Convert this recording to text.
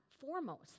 foremost